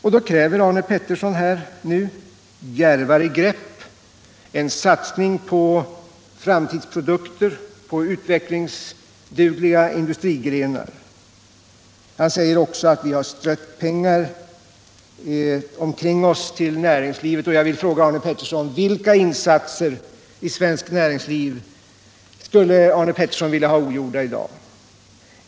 Nu kräver Arne Pettersson djärvare grepp, en satsning på framtidsprodukter och på utvecklingsdugliga industrigrenar. Han säger också att vi strött pengar omkring oss till näringslivet. Jag vill då fråga: Vilka insatser i svenskt näringsliv skulle Arne Pettersson vilja ha ogjorda i dag?